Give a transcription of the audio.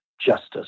justice